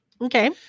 Okay